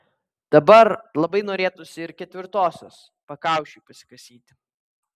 dabar labai norėtųsi ir ketvirtosios pakaušiui pasikasyti